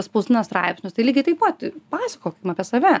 spausdina straipsnius tai lygiai taip pat pasakokim apie save